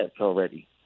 already